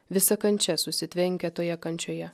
visa kančia susitvenkia toje kančioje